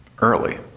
early